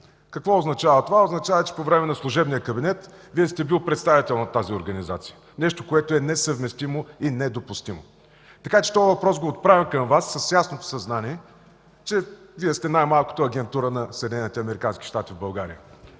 Какво означава това? Означава, че по време на служебния кабинет Вие сте бил представител на тази организация – нещо, което е несъвместимо и недопустимо! Така че този въпрос отправям към Вас с ясното съзнание, че Вие сте най-малкото агентура на Съединените